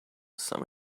some